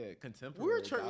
Contemporary